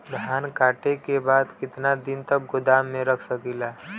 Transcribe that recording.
धान कांटेके बाद कितना दिन तक गोदाम में रख सकीला?